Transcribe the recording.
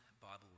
Bible